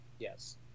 Yes